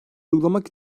uygulamak